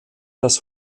das